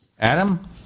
Adam